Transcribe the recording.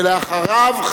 ואחריו,